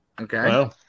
Okay